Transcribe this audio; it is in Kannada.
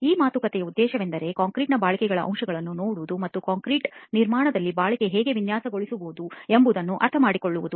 ಈ ಮಾತುಕತೆಯ ಉದ್ದೇಶವೆಂದರೆ ಕಾಂಕ್ರೀಟ್ನ ಬಾಳಿಕೆಗಳ ಅಂಶಗಳನ್ನು ನೋಡುವುದು ಮತ್ತು ಕಾಂಕ್ರೀಟ್ ನಿರ್ಮಾಣದಲ್ಲಿ ಬಾಳಿಕೆ ಹೇಗೆ ವಿನ್ಯಾಸಗೊಳಿಸಬಹುದು ಎಂಬುದನ್ನು ಅರ್ಥಮಾಡಿಕೊಳ್ಳುವುದು